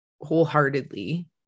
wholeheartedly